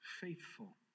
faithful